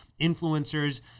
influencers